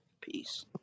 Peace